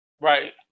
Right